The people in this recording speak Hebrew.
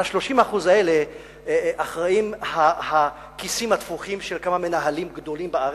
ל-30% האלה אחראים הכיסים התפוחים של כמה מנהלים גדולים בארץ,